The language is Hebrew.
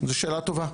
זו שאלה טובה.